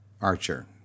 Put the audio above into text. Archer